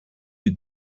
you